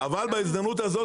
אבל בהזדמנות הזאת,